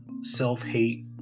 self-hate